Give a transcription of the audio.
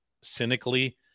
cynically